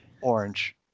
orange